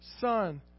son